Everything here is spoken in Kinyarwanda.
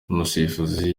umusifuzi